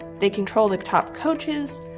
they control the top coaches,